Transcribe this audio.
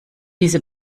diese